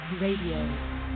Radio